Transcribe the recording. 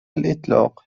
الإطلاق